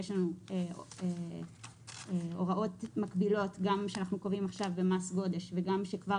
יש לנו הוראות מקבילות שאנחנו קובעים עכשיו גם במס גודש וגם שכבר